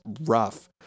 rough